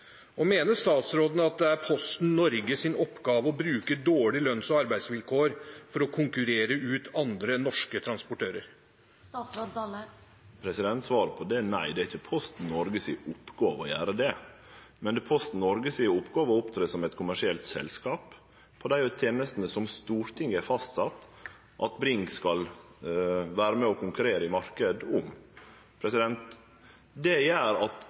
arbeidsplasser. Mener statsråden at det er Posten Norges oppgave å bruke dårlige lønns- og arbeidsvilkår for å konkurrere ut andre norske transportører? Svaret på det er nei. Det er ikkje oppgåva til Posten Noreg å gjere det. Men det er oppgåva til Posten Noreg å opptre som eit kommersielt selskap med dei tenestene som Stortinget har fastsett at Bring skal vere med å konkurrere om i marknaden. Det gjer at